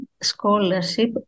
scholarship